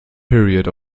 period